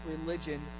religion